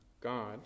God